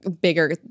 bigger